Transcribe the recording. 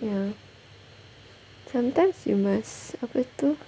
ya sometimes you must apa tu